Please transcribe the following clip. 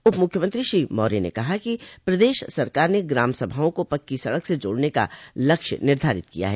उप मुख्यमंत्री श्री मौर्य ने कहा कि प्रदेश सरकार ने ग्राम सभाओं को पक्की सड़क से जोड़ने का लक्ष्य निर्धारित किया है